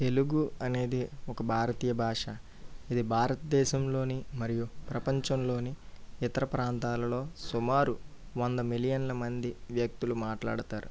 తెలుగు అనేది ఒక భారతీయ భాష ఇది భారత దేశంలోని మరియు ప్రపంచంలోని ఇతర ప్రాంతాలలో సుమారు వంద మిలియన్ల మంది వ్యక్తులు మాట్లాడుతారు